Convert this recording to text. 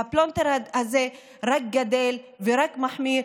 הפלונטר הזה רק גדל ורק מחמיר,